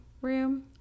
room